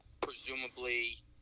presumably